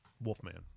Wolfman